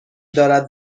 دارد